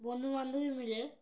বন্ধু বান্ধবী মিলে